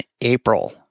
april